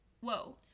whoa